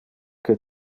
que